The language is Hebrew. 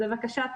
בבקשה,